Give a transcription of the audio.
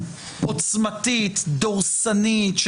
עוצמתית דורסנית,